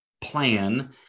plan